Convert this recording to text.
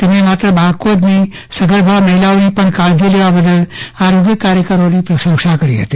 તેમજ્ઞે માત્ર બાળકો જ નહીં સગર્ભા મહિલાઓની પણ કાળજી લેવા બદલ આરોગ્ય કાર્યકરોની પ્રશંસા કરી હતી